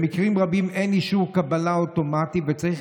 במקרים רבים אין אישור קבלה אוטומטי וצריך